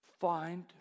Find